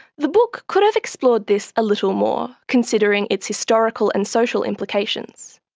the book could have explored this a little more, considering its historical and social implications.